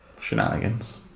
shenanigans